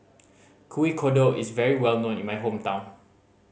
Kuih Kodok is very well known in my hometown